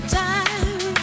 time